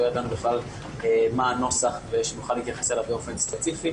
ידענו בכלל מה היה הנוסח שנוכל להתייחס אליו באופן ספציפי.